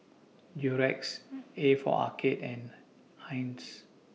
Durex A For Arcade and Heinz